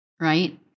Right